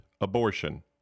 abortion